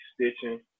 stitching